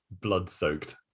blood-soaked